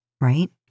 right